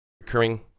recurring